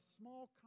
small